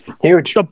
Huge